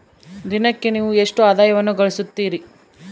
ದಿನಕ್ಕೆ ನೇವು ಎಷ್ಟು ಆದಾಯವನ್ನು ಗಳಿಸುತ್ತೇರಿ?